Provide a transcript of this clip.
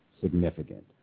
significant